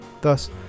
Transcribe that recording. Thus